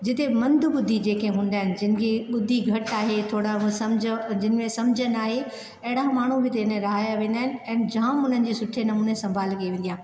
जिते मंदॿुधी जेके हुन्दा आहिनि जिनि जी ॿुधी घटि आहे थोड़ा न समुझ जिनि में समुझ नाहे अहिड़ा माण्हू हिते रहियां वेन्दा आहिनि ऐं जाम उन्हनि जी सुठे नमूने संभाल कई वेन्दा आहे